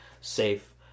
safe